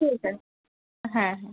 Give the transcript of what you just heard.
ঠিক আছে হ্যাঁ হ্যাঁ